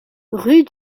rue